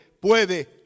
puede